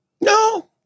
No